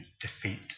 defeat